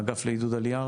האגף לעידוד עלייה,